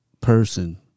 person